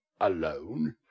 Alone